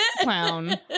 clown